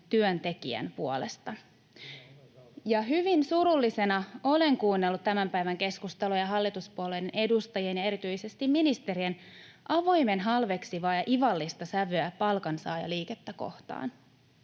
työntekijän puolesta. Hyvin surullisena olen kuunnellut tämän päivän keskustelua ja hallituspuolueiden edustajien ja erityisesti ministerien avoimen halveksivaa ja ivallista sävyä palkansaajaliikettä kohtaan.